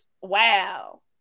Wow